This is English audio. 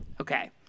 Okay